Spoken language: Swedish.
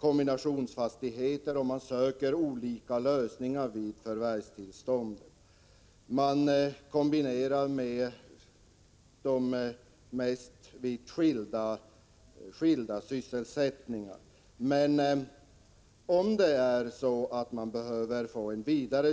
kombinationsfastigheter och söker olika lösningar vid förvärvstillstånd. Man kombinerar med vitt skilda sysselsättningar. Men om man skulle behöva få en vidare överblick över förhållandena på Prot.